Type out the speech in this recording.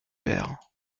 pairs